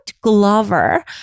Glover